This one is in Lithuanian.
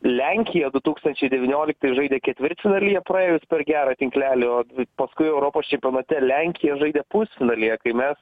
lenkija du tūkstančiai devynioliktais žaidė ketvirtfinalyje praėjus per gerą tinklelį o paskui europos čempionate lenkija žaidė pusfinalyje kai mes